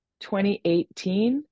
2018